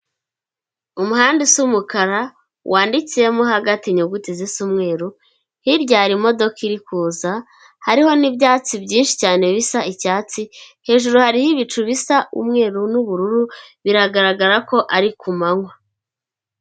Umuhanda usa umukara wanditsemo hagati inyuguti zisa umweru, hirya hari imodoka iri kuza, hariho n'ibyatsi byinshi cyane bisa icyatsi, hejuru hariho ibicu bisa umweru n'ubururu biragaragara ko ari ku manywa.